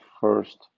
first